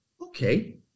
okay